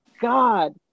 God